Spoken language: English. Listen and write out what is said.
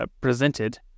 presented